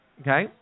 Okay